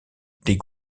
des